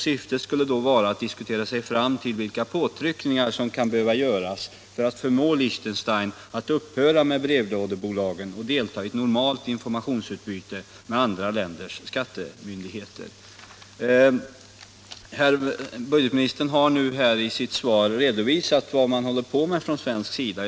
Syftet skulle då vara att diskutera sig fram till vilka påtryckningar som kan behöva göras för att förmå Liechtenstein att upphöra med brevlådebolagen och delta i ett normalt informationsutbyte med andra länders skattemyndigheter. Budgetministern har i sitt svar redovisat vad man håller på med från svensk sida.